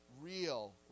real